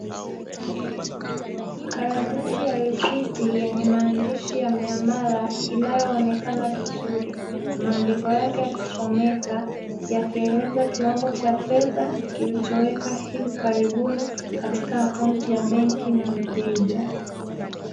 Karatasi ya risiti yenye maandishi ya miamala inayoonekana vizuri, maandiko yake yakisomeka, yakieleza kiwango cha fedha kilichowekwa hivi karibuni katika akaunti ya benki ya mteja.